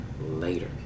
Later